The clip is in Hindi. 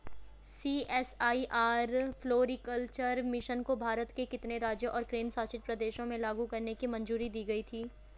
सी.एस.आई.आर फ्लोरीकल्चर मिशन को भारत के कितने राज्यों और केंद्र शासित प्रदेशों में लागू करने की मंजूरी दी गई थी?